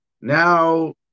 now